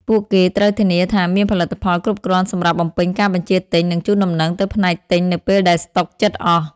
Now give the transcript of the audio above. ពួកគេត្រូវធានាថាមានផលិតផលគ្រប់គ្រាន់សម្រាប់បំពេញការបញ្ជាទិញ និងជូនដំណឹងទៅផ្នែកទិញនៅពេលដែលស្តុកជិតអស់។